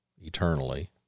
eternally